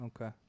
okay